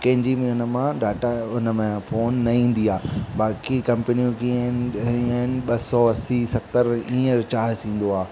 कंहिंजी बि हुन मां डाटा हुन में फोन न ईंदी आहे बाक़ी कंपनियूं कीअं इन ॿ सौ असी सतरि ईअं रीचार्ज थींदो आहे